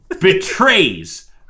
betrays